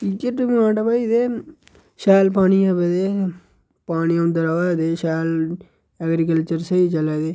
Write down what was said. इ'यै डिमांड ऐ भाई एह्दे शैल पानी आवै ते पानी औंदा र'वै ते शैल एग्रीकल्चर स्हेई चलै ते